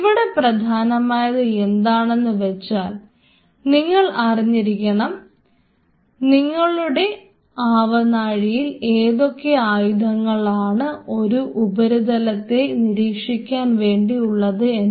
ഇവിടെ പ്രധാനമായത് എന്താണെന്ന് വെച്ചാൽ നിങ്ങൾ അറിഞ്ഞിരിക്കണം നിങ്ങളുടെ ആവനാഴിയിൽ ഏതൊക്കെ ആയുധങ്ങളാണ് ഒരു ഉപരിതലത്തെ നിരീക്ഷിക്കാൻ വേണ്ടി ഉള്ളത് എന്ന്